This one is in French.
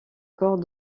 corps